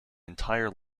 entire